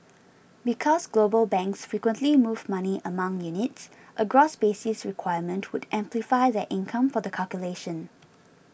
because global banks frequently move money among units a gross basis requirement would amplify their income for the calculation